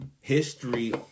history